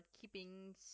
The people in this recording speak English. keeping